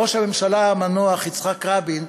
ראש הממשלה המנוח יצחק רבין,